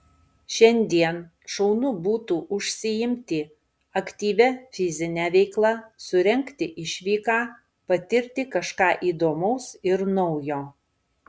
šiandien šaunu būtų užsiimti aktyvia fizine veikla surengti išvyką patirti kažką įdomaus ir naujo